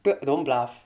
不要 don't bluff